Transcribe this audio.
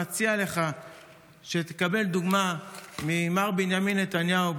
אני מציע לך שתקבל דוגמה ממר בנימין נתניהו,